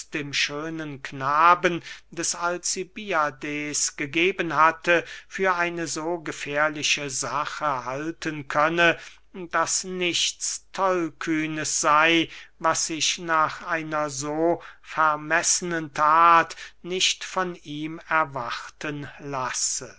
dem schönen knaben des alcibiades gegeben hatte für eine so gefährliche sache halten könne daß nichts tollkühnes sey was sich nach einer so vermessenen that nicht von ihm erwarten lasse